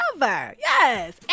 Yes